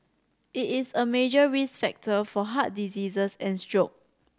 it is a major risk factor for heart diseases and stroke